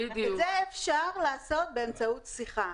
אז את זה אפשר לעשות באמצעות שיחה.